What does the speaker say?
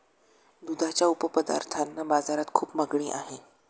दुधाच्या उपपदार्थांना बाजारात खूप मागणी आहे